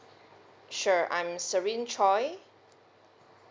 sure I'm serine choi